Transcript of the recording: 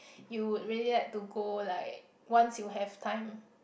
you would really like to go like once you have time